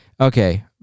Okay